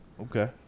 Okay